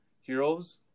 Heroes